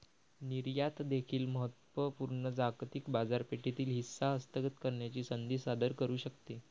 निर्यात देखील महत्त्व पूर्ण जागतिक बाजारपेठेतील हिस्सा हस्तगत करण्याची संधी सादर करू शकते